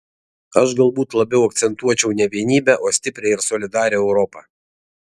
aš galbūt labiau akcentuočiau ne vienybę o stiprią ir solidarią europą